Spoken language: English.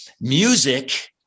music